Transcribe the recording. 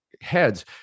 heads